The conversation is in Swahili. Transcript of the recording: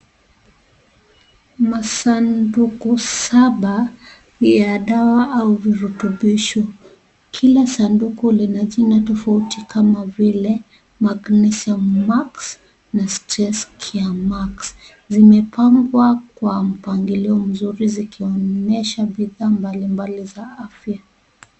Masanduku saba ya dawa au virutubisho. Kila sanduku lina jina tofauti kama vile Magnesium Max na StressCare Max, zimepangwa kwa mpangilio mzuri zikionyesha bidhaa mbalimbali za afya.